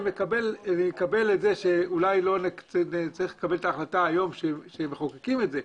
אני מקבל את זה שאולי לא נצטרך לקבל את ההחלטה היום כשמחוקקים את זה,